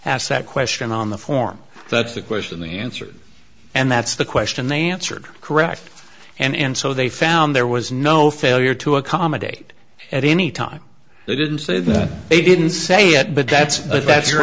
asked that question on the form that's the question the answer and that's the question they answered correct and so they found there was no failure to accommodate at any time they didn't say that they didn't say it but that's but that's your